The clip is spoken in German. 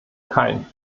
kein